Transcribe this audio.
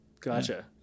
Gotcha